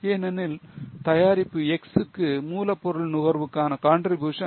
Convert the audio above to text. ஏனெனில் தயாரிப்பு X க்கு மூலப்பொருள் நுகர்வுக்கான contribution 0